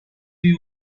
you